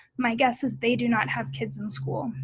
my guess is they do not have kids in school.